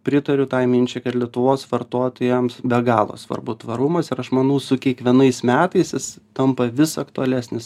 pritariu tai minčiai kad lietuvos vartotojams be galo svarbu tvarumas ir aš manau su kiekvienais metais jis tampa vis aktualesnis